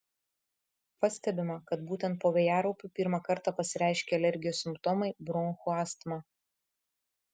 pastebima kad būtent po vėjaraupių pirmą kartą pasireiškia alergijos simptomai bronchų astma